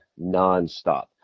nonstop